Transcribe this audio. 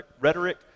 rhetoric